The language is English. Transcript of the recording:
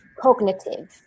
cognitive